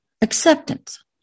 acceptance